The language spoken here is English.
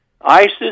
ISIS